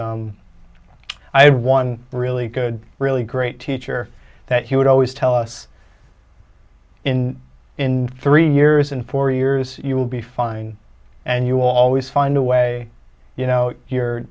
i have one really good really great teacher that he would always tell us in in three years in four years you will be fine and you will always find a way you know you're